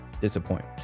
disappoint